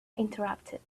interrupted